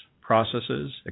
processes